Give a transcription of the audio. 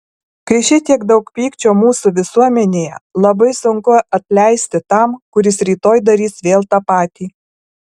kai šitiek daug pykčio mūsų visuomenėje labai sunku atleisti tam kuris rytoj darys vėl tą patį